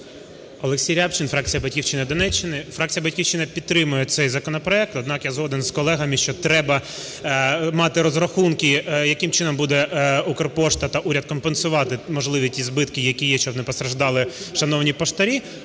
Олексій Рябчин, фракція "Батьківщина", Донеччина. Фракція "Батьківщина" підтримає цей законопроект. Однак, я згоден з колегами, що треба мати розрахунки, яким чином буде "Укрпошта" та уряд компенсувати можливі ті збитки, які є, щоб не постраждали шановні поштарі.